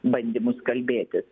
bandymus kalbėtis